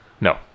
No